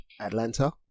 Atlanta